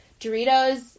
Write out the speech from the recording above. Doritos